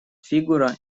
фигура